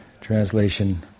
translation